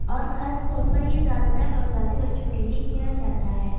اور خاص طور پر یہ زیادہ تر نوزائیدے بچوں کے لیے کیا جاتا ہے